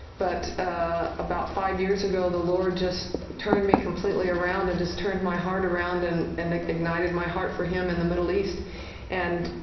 but about five years ago, the lord just turned me completely around and turned my heart around and and ignited my heart for him in the middle east and